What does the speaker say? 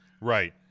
Right